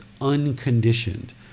unconditioned